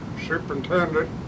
superintendent